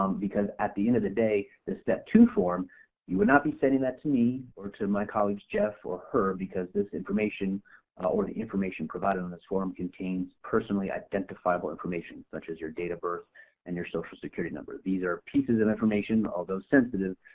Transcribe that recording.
um because at the end of the day this step two form you will not be sending that to me or to my colleagues jeff or herb because this information or the information provided on this form contains personally identifiable information such as your date of birth and your social security number. these are pieces of and information, although sensitive,